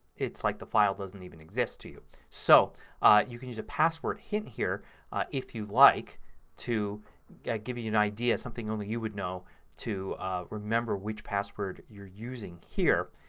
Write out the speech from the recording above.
it's like the file doesn't even exist to you. so you can use a password hint here if you like to give you you an idea. something only you would know to remember which password you're using here.